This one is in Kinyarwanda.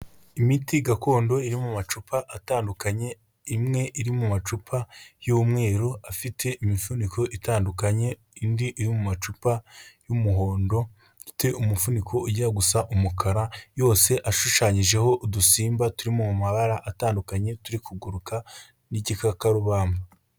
Imiti gakondo iri mu macupa atandukanye, imwe iri mu macupa y'umweru afite imifuniko itandukanye, indi iri mu macupa y'umuhondo afite umufuniko ujya gusa umukara, yose ashushanyijeho udusimba turi mu mabara atandukanye turi kuguruka n'igikakarubamba.